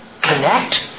connect